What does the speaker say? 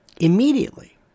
immediately